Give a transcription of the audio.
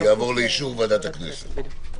יעבור לאישור ועדת הכנסת.